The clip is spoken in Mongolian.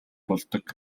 болдог